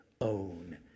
own